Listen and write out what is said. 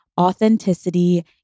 authenticity